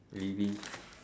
Lily